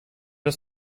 das